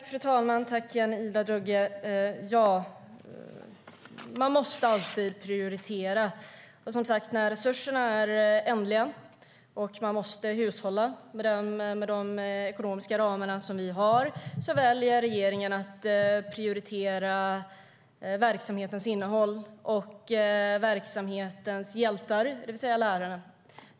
Fru talman! Tack igen, Ida Drougge! Man måste alltid prioritera, och när resurserna är ändliga och man måste hushålla med de ekonomiska ramar vi har väljer regeringen att prioritera verksamhetens innehåll och verksamhetens hjältar, det vill säga lärarna.